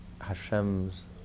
Hashem's